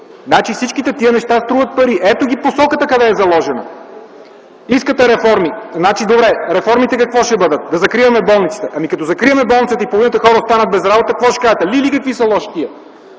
тук?! Всички тия неща струват пари. Ето ви посоката къде е заложена! Искате реформи – добре. Реформите какви ще бъдат – да закрием болниците? Като закрием болниците и половината хора останат без работа – какво ще кажете: „Леле, какви са лоши тия!”.